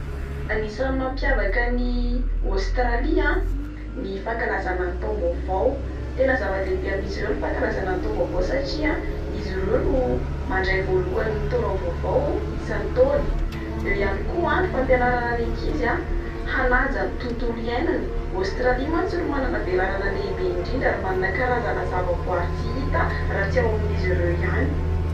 Anisan'ny mampiavaka an'i Australie a, ny fankalazana ny taom-baovao. Tena zavadehibe amin'izy ireo ny fankalazana ny taom-baovao, satria izy ireo no mandray voalohany ny taona vaovao isan-taona. Eo ihany koa ny fampianarana ny ankizy hanaja ny tontolo iainana. Australie mantsy no manana velarana lehibe indrindra ary manana karazana zavaboary tsy hita raha tsy ao amin'izy ireo ihany.